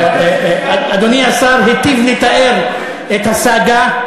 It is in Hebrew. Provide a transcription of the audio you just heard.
אדוני השר היטיב לתאר את הסאגה,